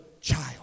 child